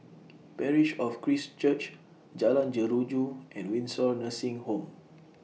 Parish of Christ Church Jalan Jeruju and Windsor Nursing Home